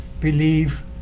believe